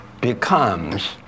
becomes